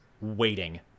waiting